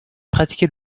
pratiquée